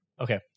okay